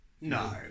No